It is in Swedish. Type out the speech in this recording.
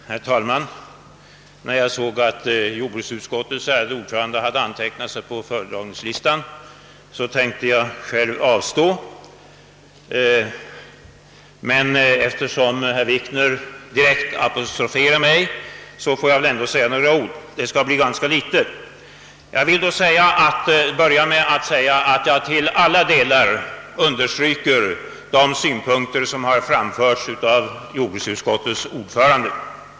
Herr talman! När jag såg att jordbruksutskottets ärade ordförande hade antecknat sig på talarlistan tänkte jag själv avstå. Eftersom herr Wikner direkt apostroferat mig måste jag dock säga några ord; de skall bli ganska få. Jag instämmer till alla delar i de synpunkter som framförts av jordbruksutskottets ordförande.